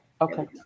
Okay